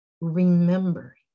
Remember